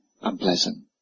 unpleasant